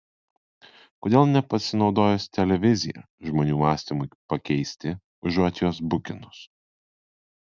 kodėl nepasinaudojus televizija žmonių mąstymui pakeisti užuot juos bukinus